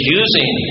using